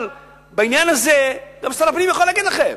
אבל בעניין הזה, גם שר הפנים יכול להגיד לכם,